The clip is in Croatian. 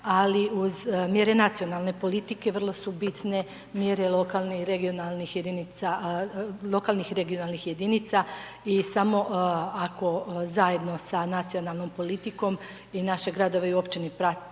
ali uz mjere nacionalne politike vrlo su bitne mjere lokalne i regionalnih jedinica, lokalnih i regionalnih jedinica, i samo ako zajedno sa nacionalnom politikom i naše gradove i općine prate